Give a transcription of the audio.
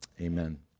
Amen